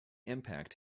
impact